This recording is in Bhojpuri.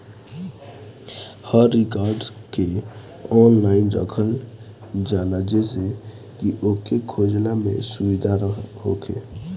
हर रिकार्ड के ऑनलाइन रखल जाला जेसे की ओके खोजला में सुबिधा होखे